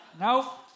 Nope